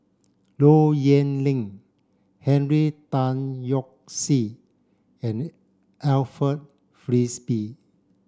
Low Yen Ling Henry Tan Yoke See and Alfred Frisby